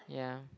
yeah